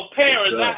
parents